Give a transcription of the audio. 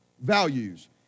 Values